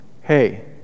hey